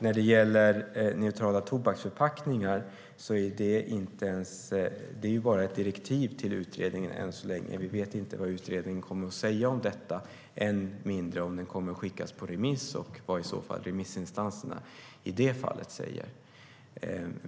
När det gäller neutrala tobaksförpackningar är det än så länge bara ett direktiv till utredningen. Vi vet inte vad utredningen kommer att säga om detta och än mindre om den kommer att skickas på remiss och vad remissinstanserna i så fall säger.